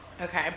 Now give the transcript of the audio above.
Okay